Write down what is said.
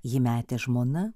jį metė žmona